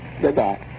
goodbye